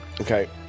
okay